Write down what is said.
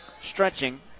stretching